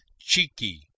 cheeky